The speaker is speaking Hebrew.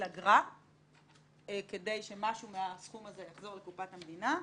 אגרה כדי שמשהו מהסכום הזה יחזור לקופת המדינה,